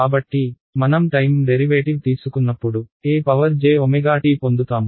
కాబట్టి మనం time derivative తీసుకున్నప్పుడు e jt పొందుతాము